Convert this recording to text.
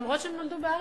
אף-על-פי שהם נולדו בארץ.